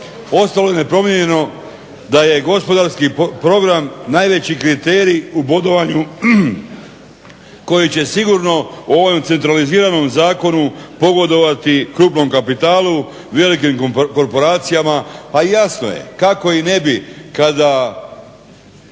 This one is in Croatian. Ostalo je nepromijenjeno da je gospodarski program najveći kriterij u bodovanju koji će sigurno u ovom centraliziranom zakonu pogodovati krupnom kapitalu i velikim korporacijama. Pa jasno je kako i ne bi kada